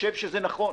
חושב שזה נכון.